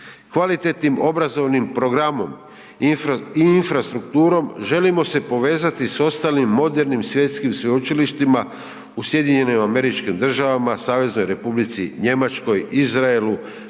Kvalitetnim obrazovnih programom i infrastrukturom, želimo se povezati s ostalim modernim svjetskim sveučilištima u SAD-u, Saveznoj R. Njemačkoj, Izraelu,